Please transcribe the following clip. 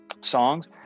songs